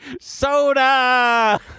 Soda